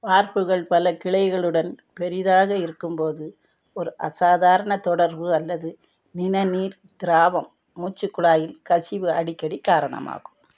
வார்ப்புகள் பல கிளைகளுடன் பெரிதாக இருக்கும்போது ஒரு அசாதாரண தொடர்பு அல்லது நிணநீர் திரவம் மூச்சுக் குழாயில் கசிவு அடிக்கடி காரணமாகும்